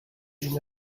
been